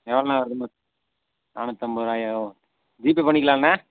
எவ்வளோண்ண bill நாநூற்றி ஐம்பது ரூபாயோ ஜிபே பண்ணிக்கிலான்லண்ணே